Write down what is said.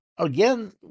Again